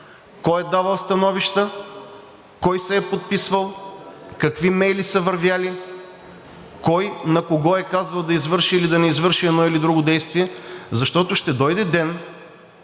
Кой е давал становища? Кой се е подписвал? Какви имейли са вървели? Кой на кого е казвал да извърши или да не извърши едно или друго действие? Защото ще дойде ден,